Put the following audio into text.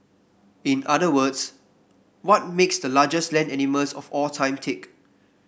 in other words what makes the largest land animals of all time tick